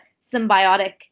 symbiotic